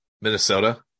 Minnesota